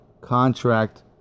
contract